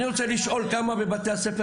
אני רוצה לשאול כמה תלמידים מבתי הספר